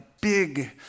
big